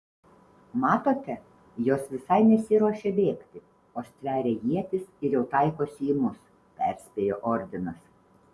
matote jos visai nesiruošia bėgti o stveria ietis ir jau taikosi į mus perspėjo ordinas